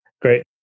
great